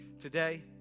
today